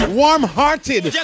warm-hearted